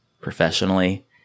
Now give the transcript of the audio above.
professionally